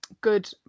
good